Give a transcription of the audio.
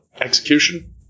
Execution